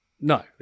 No